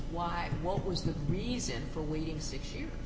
why what was the reason for leaving six years